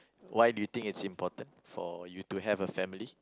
why do you think it's important for you to have a family